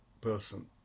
person